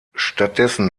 stattdessen